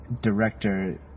director